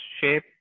shape